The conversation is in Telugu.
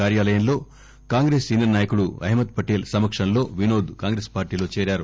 కార్యాలయంలో కాంగ్రెస్ సీనియర్ నాయకుడు అహ్మద్ పటేల్ సమక్షంలో వినోద్ కాంగ్రెస్ పార్షీలో చేరారు